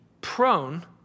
prone